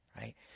right